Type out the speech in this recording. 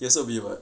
也是 we what